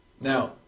Now